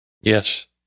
Yes